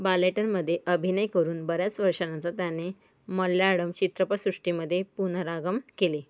बालेटनमध्ये अभिनय करून बऱ्याच वर्षानंतर त्याने मल्याळम् चित्रपटसृष्टीमध्ये पुनरागम केले